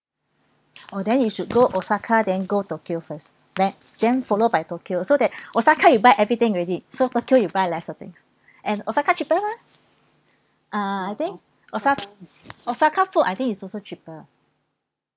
oh then you should go osaka then go tokyo first that then followed by tokyo so that osaka you buy everything already so tokyo you buy lesser things and osaka cheaper mah ah I think osa~ osaka food I think it's also cheaper